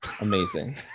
Amazing